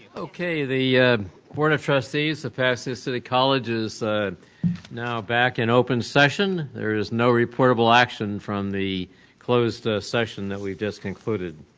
okay, the board of trustees of pasadena city college is now backed in open session. there is no reportable action from the closed session that we've just concluded.